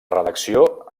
redacció